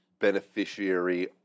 Beneficiary